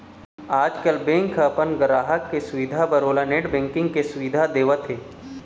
आजकाल बेंक ह अपन गराहक के सुबिधा बर ओला नेट बैंकिंग के सुबिधा देवत हे